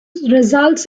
results